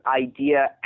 idea